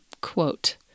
quote